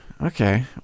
Okay